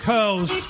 Curls